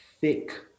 thick